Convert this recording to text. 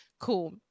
cool